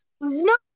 No